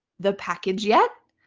the package yet?